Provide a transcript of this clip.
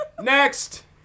Next